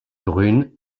brune